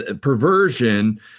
perversion